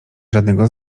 żadnego